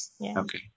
Okay